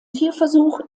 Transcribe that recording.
tierversuch